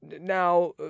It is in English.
Now